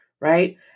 right